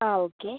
ആ ഓക്കെ